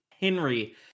henry